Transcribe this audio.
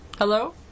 Hello